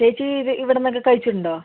ചേച്ചി ഇവിടുന്നൊക്കെ കഴിച്ചിട്ടുണ്ടോ